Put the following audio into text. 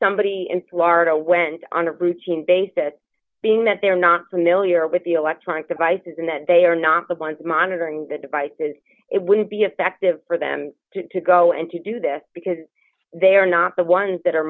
somebody in florida went on a routine basis that being that they are not familiar with the electronic devices and that they are not the ones monitoring the device it wouldn't be effective for them to go and to do that because they are not the ones that are